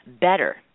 better